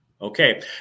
Okay